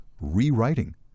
rewriting